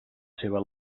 seva